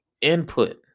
input